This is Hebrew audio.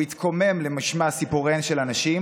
הוא התקומם למשמע סיפוריהן של הנשים